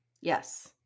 Yes